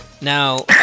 Now